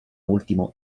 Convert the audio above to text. ultimo